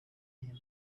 him